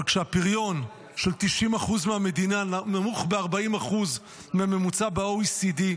אבל כשהפריון של 90% מהמדינה נמוך ב-40% מהממוצע ב-OECD,